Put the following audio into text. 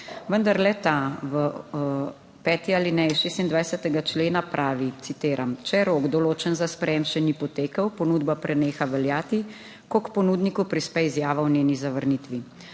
vendar le ta v peti alineji 26. člena pravi, citiram: "Če rok, določen za sprejem, še ni potekel, ponudba preneha veljati, ko k ponudniku prispe izjava o njeni zavrnitvi.